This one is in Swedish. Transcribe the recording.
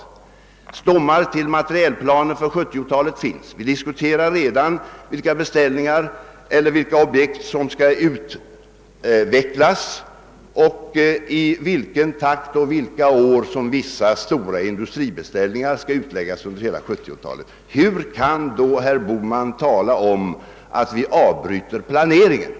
Stommar till materielplaner för 1970-talet finns, och vi diskuterar redan vilka objekt som skall utvecklas och i vilken takt och vilka år som vissa stora industribeställningar skall utläggas under hela 1970-talet. Hur kan då herr Bohman säga att vi avbryter planeringen?